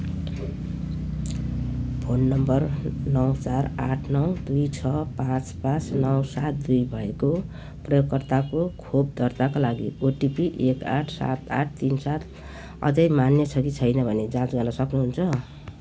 phone number नौ चार आठ नौ दुई छ पाँच पाँच नौ सात दुई भएको प्रयोगकर्ताको खोप दर्ताको लागि ओटिपी एक आठ सात आठ तिन सात अझै मान्य छ कि छैन भनी जाँच गर्न सक्नुहुन्छ